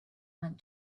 went